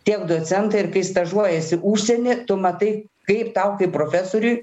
tiek docentai ir kai stažuojiesi užsieny tu matai kaip tau kaip profesoriui